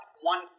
one